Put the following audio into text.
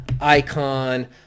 Icon